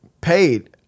paid